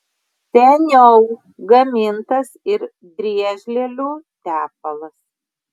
seniau gamintas ir driežlielių tepalas